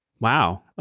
Wow